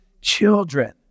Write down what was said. children